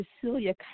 Cecilia